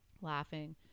laughing